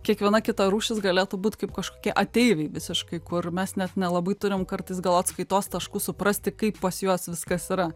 kiekviena kita rūšis galėtų būt kaip kažkokie ateiviai visiškai kur mes net nelabai turim kartais gal atskaitos taškų suprasti kaip pas juos viskas yra